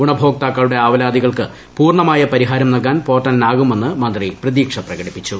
ഗുണഭോക്താക്കളുടെ ആവലാതികൾക്ക് പൂർണമായ പരിഹാരം നൽകാൻ പോർട്ടലിനാകുമെന്ന് മന്ത്രി പ്രതീക്ഷ പ്രകടിപ്പിച്ചു